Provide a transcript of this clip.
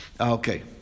Okay